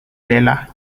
lelah